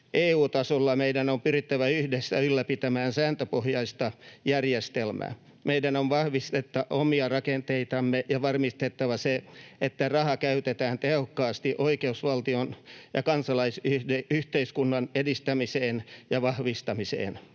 EU:n tasolla meidän on pyrittävä yhdessä ylläpitämään sääntöpohjaista järjestelmää. Meidän on vahvistettava omia rakenteitamme ja varmistettava se, että rahaa käytetään tehokkaasti oikeusvaltion ja kansalaisyhteiskunnan edistämiseen ja vahvistamiseen.